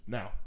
Now